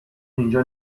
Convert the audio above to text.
اینجا